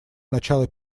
начало